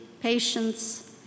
patience